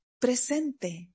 presente